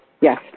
Yes